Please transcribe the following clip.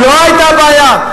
לא היתה הבעיה.